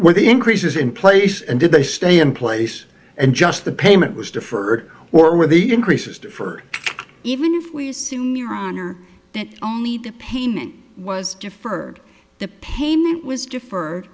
what the increase is in place and did they stay in place and just the payment was deferred or were they increased for even if we assume your honor that only the payment was deferred the payment was defer